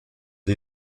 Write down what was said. the